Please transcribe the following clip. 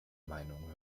meinung